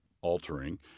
altering